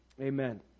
amen